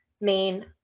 main